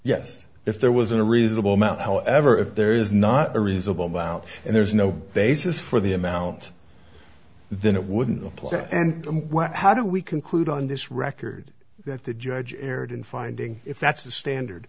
yes if there was a reasonable amount however if there is not a reasonable amount and there's no basis for the amount then it wouldn't apply and what how do we conclude on this record that the judge erred in finding if that's the standard